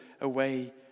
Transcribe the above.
away